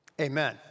amen